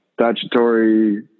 statutory